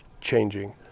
changing